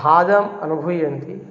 बाधाम् अनुभूयन्ति